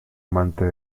amante